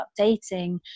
updating